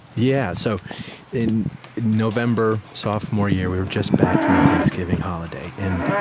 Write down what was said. yeah so in november sophomore year, we were just back from thanksgiving holiday, and